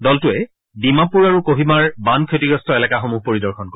দলটোৱে ডিমাপুৰ আৰু কোহিমাৰ বান ক্ষতিগ্ৰস্ত এলেকাসমূহ পৰিদৰ্শন কৰিব